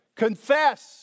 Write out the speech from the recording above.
Confess